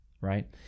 right